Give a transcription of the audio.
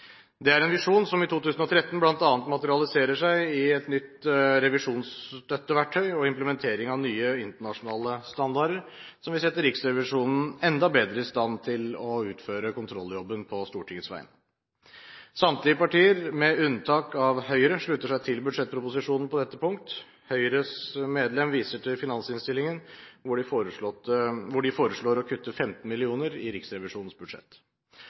Det er en visjon som i 2013 bl.a. materialiserer seg i et nytt revisjonsstøtteverktøy og implementering av nye internasjonale standarder som vil sette Riksrevisjonen enda bedre i stand til å utføre kontrolljobben på Stortingets vegne. Samtlige partier, med unntak av Høyre, slutter seg til budsjettproposisjonen på dette punkt. Høyres medlem viser til finansinnstillingen, hvor de foreslår å kutte 15 mill. kr i Riksrevisjonens budsjett.